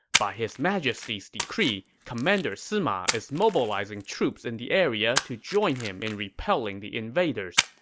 by his majesty's decree, commander sima is mobilizing troops in the area to join him in repelling the invaders.